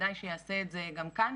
וכדאי שיעשה את זה גם כאן.